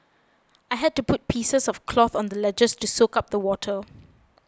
I had to put pieces of cloth on the ledges to soak up the water